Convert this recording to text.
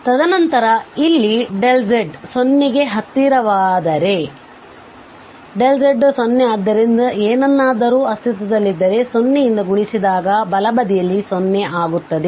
ತದನಂತರ ಇಲ್ಲಿ Δz 0 ಗೆ ಹತ್ತಿರವಾಗಿದ್ದಾರೆ ಮತ್ತುΔz 0 ಆದ್ದರಿಂದ ಏನನ್ನಾದರೂ ಅಸ್ತಿತ್ವದಲ್ಲಿದ್ದರೆ 0 ರಿಂದ ಗುಣಿಸಿದಾಗ ಬಲಬದಿಯಲ್ಲಿ 0 ಆಗುತ್ತದೆ